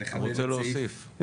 הוא רוצה להוסיף.